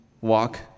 walk